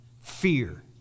fear